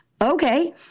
Okay